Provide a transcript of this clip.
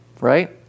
right